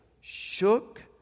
shook